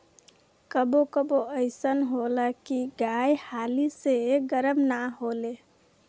कबो कबो अइसन होला की गाय हाली से गरम ना होले